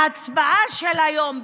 בהצבעה של היום,